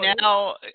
now